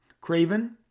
Craven